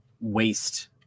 waste